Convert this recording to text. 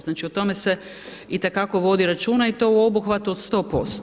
Znači o tome se i te kako vodi računa i to u obuhvatu 100%